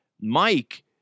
Mike